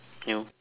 you